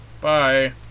Bye